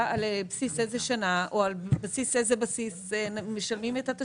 על בסיס איזו שנה או על בסיס מה משלמים את התשלומים.